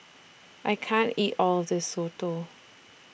I can't eat All of This Soto